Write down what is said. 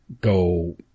go